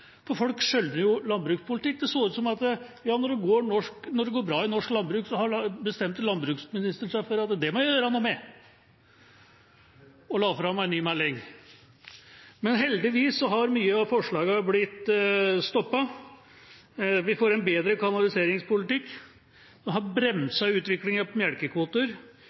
for folk skjønner landbrukspolitikk. Det så ut til at når det gikk bra i norsk landbruk, bestemte landbruksministeren seg for å si: Dette må jeg gjøre noe med. Og så la han fram en ny melding. Heldigvis har mange av forslagene blitt stoppet. Vi får en bedre kanaliseringspolitikk. Vi har